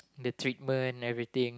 the treatment everything